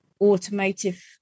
automotive